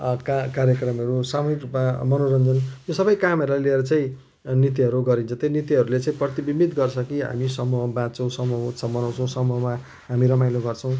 का कार्यक्रमहरू सामूहिक रूपमा मनोरञ्जन यो सबै कामहरूलाई लिएर चाहिँ नृत्यहरू गरिन्छ त्यही नृत्यहरूले चाहिँ प्रतिविम्बित गर्छ कि हामी समूहमा बाँच्छौँ समूहमा उत्सव मनाउँछौँ समूहमा हामी रमाइलो गर्छौँ